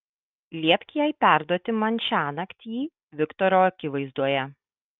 liepk jai perduoti man šiąnakt jį viktoro akivaizdoje